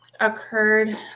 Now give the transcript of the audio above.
occurred